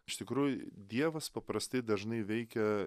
iš tikrųjų dievas paprastai dažnai veikia